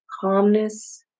Calmness